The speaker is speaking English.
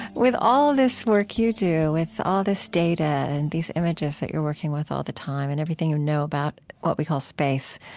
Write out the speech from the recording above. with all this work you do, with all this data and these images that you're working with all the time and everything you know about what we call space,